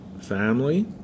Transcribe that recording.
family